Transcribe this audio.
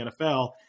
NFL –